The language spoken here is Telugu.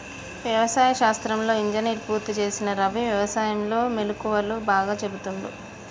వ్యవసాయ శాస్త్రంలో ఇంజనీర్ పూర్తి చేసిన రవి వ్యసాయం లో మెళుకువలు బాగా చెపుతుండు